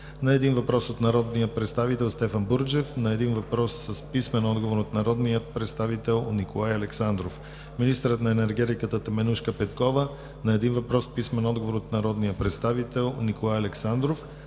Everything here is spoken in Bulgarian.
на 1 въпрос от народния представител Стефан Бурджев; и 1 въпрос с писмен отговор от народния представител Николай Александров; - министърът на енергетиката Теменужка Петкова – на 1 въпрос с писмен отговор от народния представител Николай Александров.